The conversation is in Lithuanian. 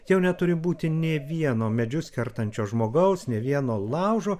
jau neturi būti nė vieno medžius kertančio žmogaus nė vieno laužo